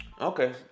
Okay